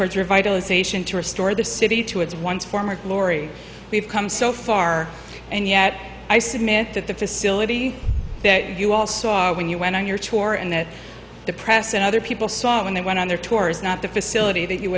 towards revitalization to restore the city to its once former glory we've come so far and yet i submit that the facility that you all saw when you went on your tour and the press and other people saw it when they went on their tours not the facility that you